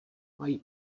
mají